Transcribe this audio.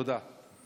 תודה.